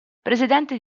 presidenti